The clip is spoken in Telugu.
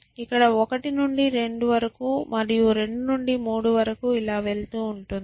ఇక్కడ 1 నుండి 2 మరియు 2 నుండి 3 వరకు ఇలా వెళ్తూ ఉంటుంది